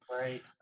Right